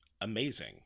amazing